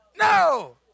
No